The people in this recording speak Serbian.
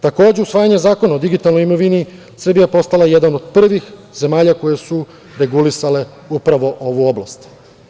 Takođe, usvajanjem Zakona o digitalnoj imovini Srbija je postala jedna od prvih zemalja koje su regulisale upravo ovu oblast.